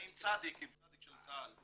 אני עם "צ" של צה"ל.